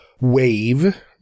wave